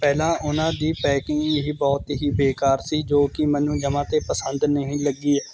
ਪਹਿਲਾਂ ਉਹਨਾਂ ਦੀ ਪੈਕਿੰਗ ਹੀ ਬਹੁਤ ਹੀ ਬੇਕਾਰ ਸੀ ਜੋ ਕਿ ਮੈਨੂੰ ਜਮ੍ਹਾਂ ਤੇ ਪਸੰਦ ਨਹੀਂ ਲੱਗੀ